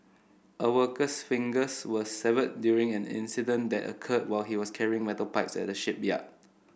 a worker's fingers were severed during an incident that occurred while he was carrying metal pipes at the shipyard